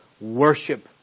worship